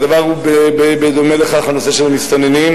הדבר הוא, בדומה לכך הנושא של המסתננים.